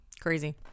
Crazy